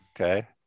okay